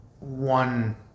one